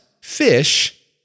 fish